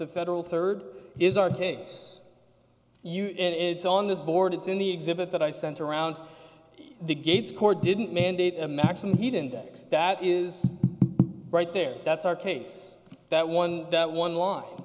the federal third is our case you it's on this board it's in the exhibit that i sent around the gates court didn't mandate a maximum heat index that is right there that's our case that one that one line